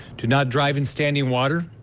do not drive in standing water,